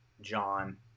John